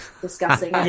discussing